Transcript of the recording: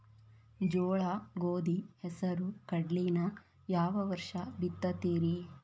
ಜೋಳ, ಗೋಧಿ, ಹೆಸರು, ಕಡ್ಲಿನ ಯಾವ ವರ್ಷ ಬಿತ್ತತಿರಿ?